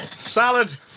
Salad